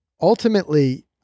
ultimately